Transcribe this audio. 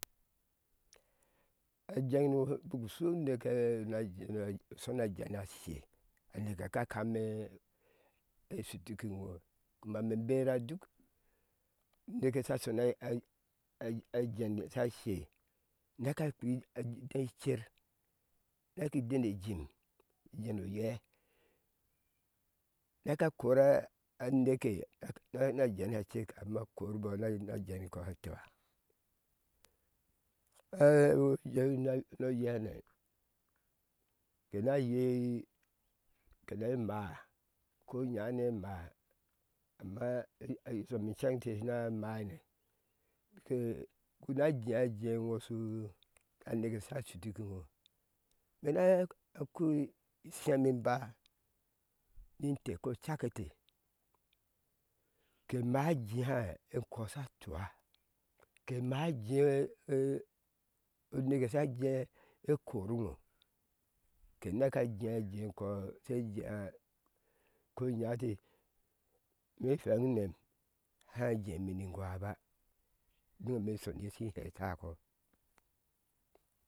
Ajenŋe ŋo biku shu uneke na jen sha she a neke ka kama shutik iŋo kumma me bera duk uneke sha sho naájen sha she neke akpwe ide shi cer neke idene jim i dene eye neke kora a neke na jen sha cek amma kori bɔɔ najen she tua ime shi nu oye ha ne iyea ke na yea ke ne maa ko inya ane maa aamma so me i cen inte shena na maa ne na jea jea ŋo a neke sha shu tik iŋo me na koi ishemeba ni ite ko cake ete ke maa jea ekɔɔ sha tua ke maa jea neke sha je e kori ŋo ke neke jea jea ekø sha jea ko inyaa sha hɛ eti ime fweŋinem hai injeme ni gwaba ubinŋeme shi shoniye shi he̱ taikom